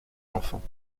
enfants